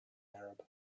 arab